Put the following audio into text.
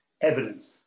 Evidence